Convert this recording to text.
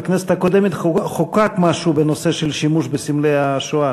בכנסת הקודמת חוקק משהו בנושא של שימוש בסמלי השואה,